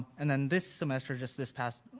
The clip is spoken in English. and then this semester, just this past,